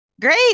Great